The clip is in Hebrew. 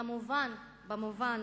כמובן במובן